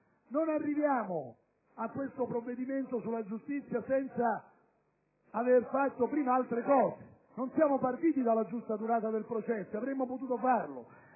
Non arriviamo a questo provvedimento sulla giustizia senza avere fatto prima altre cose: non siamo partiti dalla giusta durata del processo, anche se avremmo potuto farlo.